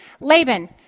Laban